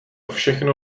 všechno